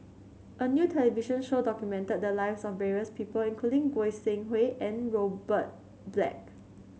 a new television show documented the lives of various people including Goi Seng Hui and Robert Black